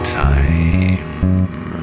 time